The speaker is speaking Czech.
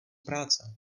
práce